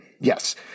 Yes